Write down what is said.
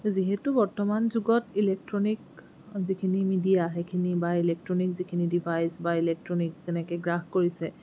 যিহেতু বৰ্তমান যুগত ইলেক্ট্ৰনিক যিখিনি মিডিয়া সেইখিনি বা ইলেক্ট্ৰনিক যিখিনি ডিভাইচ বা ইলেক্ট্ৰনিক যেনেকৈ গ্ৰাস কৰিছে